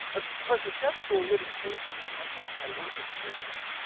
ah course a chef school wouldn't take me unless i had work experience,